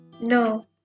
No